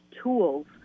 tools